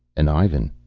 an ivan.